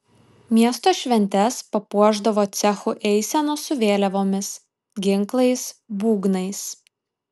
miesto šventes papuošdavo cechų eisenos su vėliavomis ginklais būgnais